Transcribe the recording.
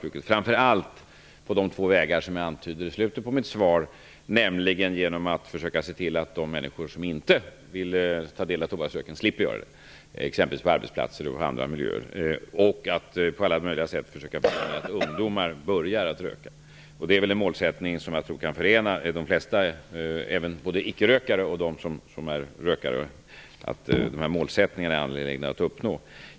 Det gäller framför allt genom de två vägar som jag antyder i slutet på mitt svar, nämligen genom att se till att de människor som inte vill ta del av tobaksröken slipper göra det t.ex. på arbetsplatser och andra miljöer samt att på alla möjliga sätt förhindra att ungdomar börjar att röka. Det är väl en målsättning som jag tror kan förena både icke-rökare och rökare. Den målsättningen är angelägen att uppnå.